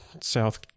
South